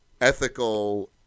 Ethical